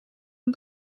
een